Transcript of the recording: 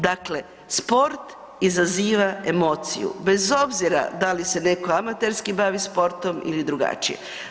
Dakle sport izaziva emociju bez obzira da li se netko amaterski bavi sportom ili drugačije.